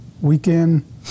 weekend